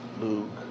Luke